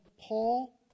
Paul